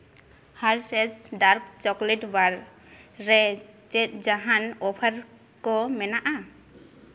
ᱦᱟᱨᱥᱮ ᱥ dark chocolate bar ᱨᱮ ᱪᱮᱫ ᱡᱟᱦᱟᱱ ᱚᱯᱷᱟᱨ ᱠᱚ ᱢᱮᱱᱟᱜᱼᱟ